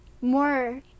more